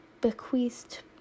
bequeathed